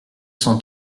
cent